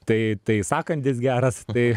tai tai sąkandis geras tai